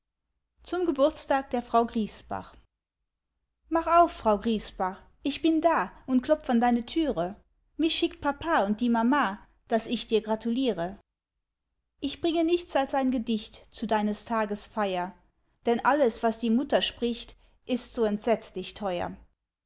zum geburtstag der frau griesbach mach auf frau griesbach ich bin da und klopf an deine türe mich schickt papa und die mama daß ich dir gratuliere ich bringe nichts als ein gedicht zu deines tages feier denn alles was die mutter spricht ist so entsetzlich teuer